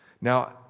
Now